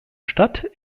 stadt